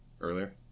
earlier